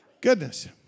Goodness